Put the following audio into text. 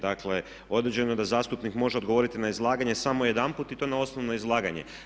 Dakle određeno je da zastupnik može odgovoriti na izlaganje samo jedanput i to na osnovno izlaganje.